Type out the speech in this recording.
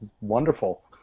wonderful